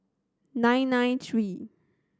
nine nine three